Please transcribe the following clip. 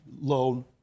loan